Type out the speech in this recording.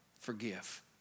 forgive